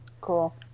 Cool